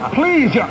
please